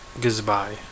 Goodbye